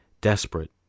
Desperate